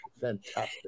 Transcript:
Fantastic